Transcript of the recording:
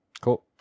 Cool